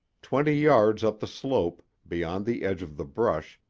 twenty yards up the slope, beyond the edge of the brush,